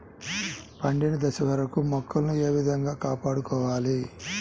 పండిన దశ వరకు మొక్కలను ఏ విధంగా కాపాడుకోవాలి?